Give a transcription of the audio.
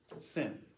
sin